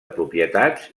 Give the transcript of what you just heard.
propietats